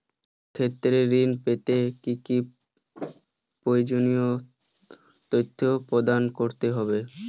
ব্যাবসা ক্ষেত্রে ঋণ পেতে কি কি প্রয়োজনীয় তথ্য প্রদান করতে হবে?